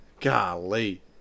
Golly